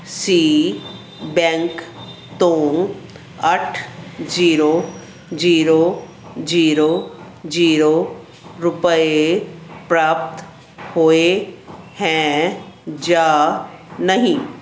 ਸੀ bank ਤੋਂ ਅੱਠ zero zero zero zero ਰੁਪਏ ਪ੍ਰਾਪਤ ਹੋਏ ਹੈ ਜਾਂ ਨਹੀਂ